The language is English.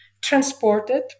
transported